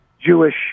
Jewish